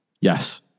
Yes